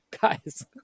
guys